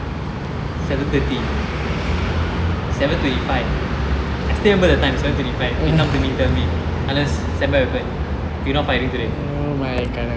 seven thirty seven twenty five I still remember the time seven twenty five went down then he tell me ernest send back your weapon you not firing today